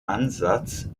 ansatz